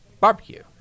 barbecue